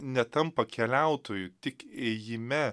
netampa keliautoju tik ėjime